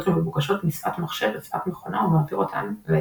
המבוקשות משפת מחשב לשפת מכונה ומעביר אותן להתקן.